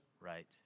Right